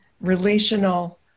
relational